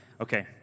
Okay